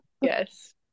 yes